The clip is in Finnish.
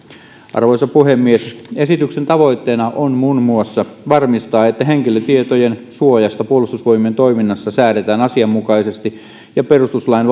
arvoisa puhemies esityksen tavoitteena on muun muassa varmistaa että henkilötietojen suojasta puolustusvoimien toiminnassa säädetään asianmukaisesti ja perustuslain